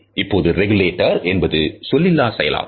இப்போது ரெகுலேட்டர் என்பது சொல்லிலா செயலாகும்